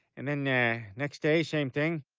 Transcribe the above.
and then the next day, same thing.